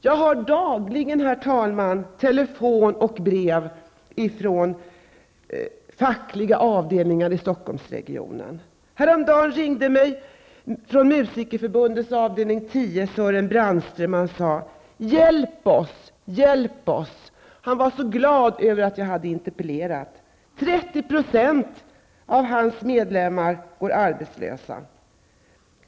Jag får dagligen telefonsamtal och brev från fackliga avdelningar i Stockholmsregionen. Häromdagen ringde mig Sören Brandström från Musikerförbundets avdelning 10. Han sade: Hjälp oss, hjälp oss! Han var så glad över att jag hade interpellerat. 30 % av hans medlemmar går arbetslösa.